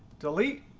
delete.